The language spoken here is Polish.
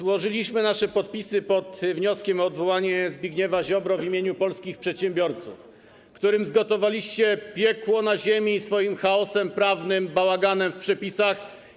Złożyliśmy nasze podpisy pod wnioskiem o odwołanie Zbigniewa Ziobry w imieniu polskich przedsiębiorców, którym zgotowaliście piekło na ziemi przez swój chaos prawny, bałagan w przepisach.